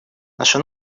наше